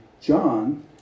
John